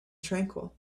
tranquil